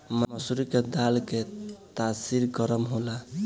मसूरी के दाल के तासीर गरम होला